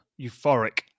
euphoric